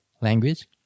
language